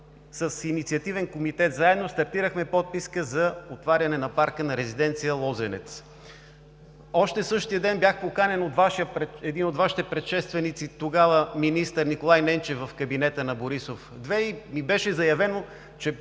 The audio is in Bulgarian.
с инициативен комитет, заедно стартирахме подписка за отваряне на парка на резиденция „Лозенец“. Още същия ден бях поканен от един от Вашите предшественици – тогава министър Николай Ненчев, в кабинета на Борисов 2 и ми беше заявено, че